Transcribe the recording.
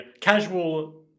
casual